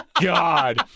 God